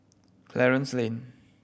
Clarence Lane